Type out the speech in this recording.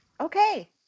okay